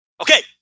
Okay